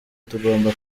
tugomba